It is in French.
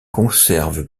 conserve